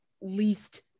least